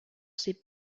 ses